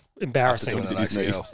Embarrassing